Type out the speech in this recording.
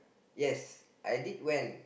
yes I did went